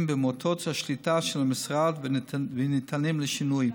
במוטת השליטה של המשרד וניתנים לשינוי,